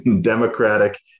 democratic